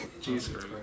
Jesus